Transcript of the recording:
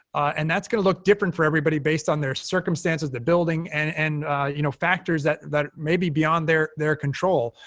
and that's going to look different for everybody based on their circumstances, the building, and and you know factors that that may be beyond their their control.